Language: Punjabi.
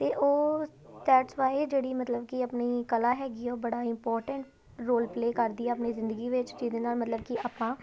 ਅਤੇ ਉਹ ਦੈਟਸ ਵਾਏ ਜਿਹੜੀ ਮਤਲਬ ਕਿ ਆਪਣੀ ਕਲਾ ਹੈਗੀ ਆ ਉਹ ਬੜਾ ਇੰਪੋਰਟੈਂਟ ਰੋਲ ਪਲੇ ਕਰਦੀ ਆ ਆਪਣੀ ਜ਼ਿੰਦਗੀ ਵਿੱਚ ਜਿਹਦੇ ਨਾਲ ਮਤਲਬ ਕਿ ਆਪਾਂ